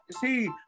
see